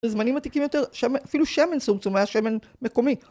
בזמנים עתיקים יותר, אפילו שמן סומסום היה שמן מקומי